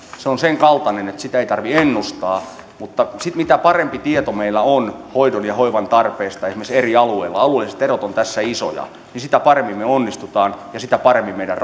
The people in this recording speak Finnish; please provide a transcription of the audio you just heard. on senkaltainen että sitä ei tarvitse ennustaa mutta mitä parempi tieto meillä on hoidon ja hoivan tarpeesta esimerkiksi eri alueilla alueelliset erot ovat tässä isoja niin sitä paremmin me onnistumme ja sitä paremmin meidän